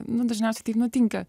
nu dažniausiai taip nutinka